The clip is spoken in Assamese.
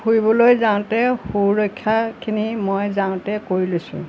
ফুৰিবলৈ যাওঁতে সুৰক্ষাখিনি মই যাওঁতে কৰি লৈছোঁ